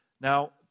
Now